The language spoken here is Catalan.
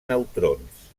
neutrons